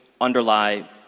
underlie